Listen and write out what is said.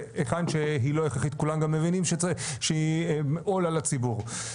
והיכן שהיא לא הכרחית כולם גם מבינים שהיא עול על הציבור.